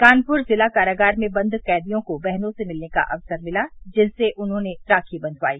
कानपुर जिला कारागार में बंद कैदियों को बहनों से मिलने का अक्सर मिला जिनसे उन्होंने राखियाँ बंधवाई